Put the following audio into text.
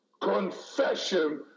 Confession